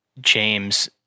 James